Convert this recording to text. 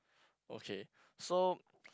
okay so